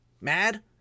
mad